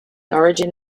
origin